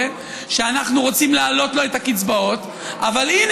דרכו אנחנו רוצים לשתות את הציבור בצורה הכי מגעילה